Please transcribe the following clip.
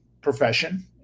profession